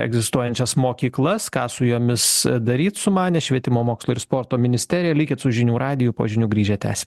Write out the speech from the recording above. egzistuojančias mokyklas ką su jomis daryt sumanė švietimo mokslo ir sporto ministerija likit su žinių radiju po žinių grįžę tęsim